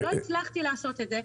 הצלחתי לעשות את זה.